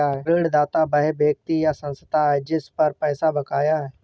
ऋणदाता वह व्यक्ति या संस्था है जिस पर पैसा बकाया है